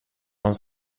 någon